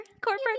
Corporate